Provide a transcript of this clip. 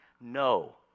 No